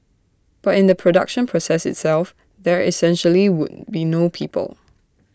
but in the production process itself there essentially would be no people